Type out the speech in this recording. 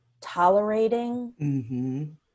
tolerating